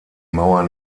mauer